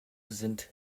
sind